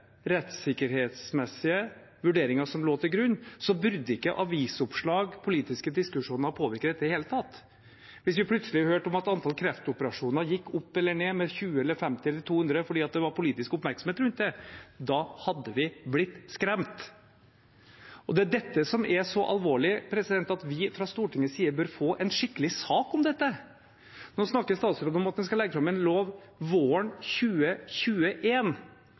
rettssikkerhetsmessige vurderinger som lå til grunn, burde ikke avisoppslag og politiske diskusjoner påvirke dette i det hele tatt. Hvis vi plutselig hørte at antall kreftoperasjoner gikk opp eller ned med 20, 50 eller 200 fordi det var politisk oppmerksomhet rundt det, hadde vi blitt skremt. Og det er dette som er så alvorlig at vi i Stortinget bør få en skikkelig sak om det. Nå snakker statsråden om at det skal legges fram en lov våren